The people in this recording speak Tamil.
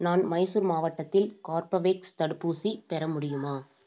நான் மைசூர் மாவட்டத்தில் கார்பவேக்ஸ் தடுப்பூசி பெற முடியுமா